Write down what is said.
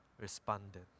responded